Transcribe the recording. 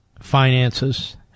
finances